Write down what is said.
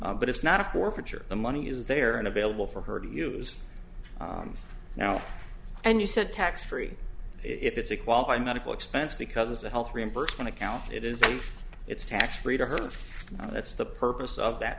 r but it's not a forfeiture the money is there and available for her to use now and you said tax free if it's a qualified medical expense because of health reimbursement account it is if it's tax free to her that's the purpose of that